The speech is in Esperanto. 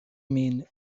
min